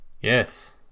Yes